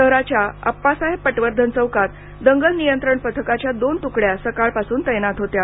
शहराच्या अप्पासाहेब पटवर्धन चौकात दंगल नियंत्रण पथकाच्या दोन तुकड्या सकाळपासून तैनात होत्या